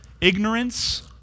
ignorance